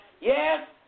Yes